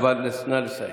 אבל נא לסיים.